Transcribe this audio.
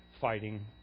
fighting